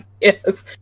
yes